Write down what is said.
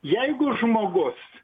jeigu žmogus